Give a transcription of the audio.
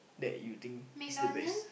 that you think is the best